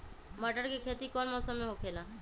मटर के खेती कौन मौसम में होखेला?